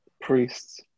Priests